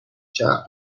چرخ